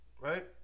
right